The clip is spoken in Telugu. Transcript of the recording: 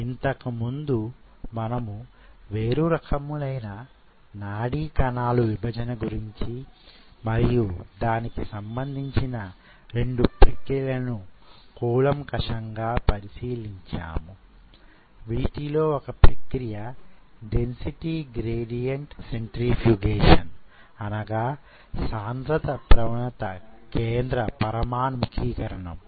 ఇంతకు ముందు మనము వేరు రకములైన నాడీ కణాలు విభజన గురించి మరియు దానికి సంబంధించిన 2 ప్రక్రియలను కూలంకషంగా పరిశీలించాము వీటిలోని ఒక ప్రక్రియ డెన్సిటీ గ్రేడియంట్ సెంట్రిఫ్యూగేషన్ అనగాసాంద్రత ప్రవణత కేంద్ర పరమాన్ముఖికరణం